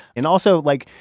and also, like,